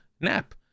Nap